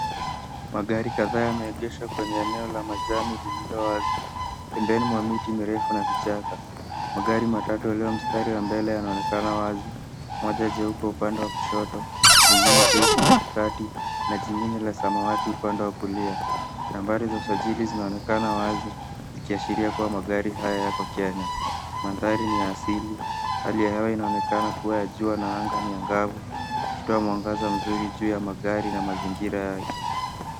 Magari kadhaa yameegeshwa kwenye eneo la majani lililo wazi pembeni mwa miti mirefu na vichaka. Magari matatu yaliyo mstari wa mbele yanaonekana wazi moja jeupe upande wa kushoto, lingine jeusi upande wa Katikati na jingine la samawati upande wa kulia. Nambari za usajili zinaoonekana wazi zikiashiria kuwa magari haya yako Kenya. Mandhari ni ya asili, hali ya hewa inaonekana jua na anga ni angavu ikitoa mwangaza mzuri juu ya magari na mazingira yake.